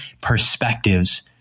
perspectives